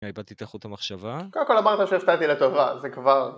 אה, איבדתי את חוט המחשבה... קודם כל אמרת שהפתעתי לטובה, זה כבר...